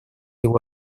его